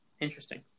Interesting